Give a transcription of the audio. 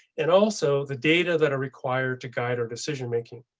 and also the data that are required to guide our decision making.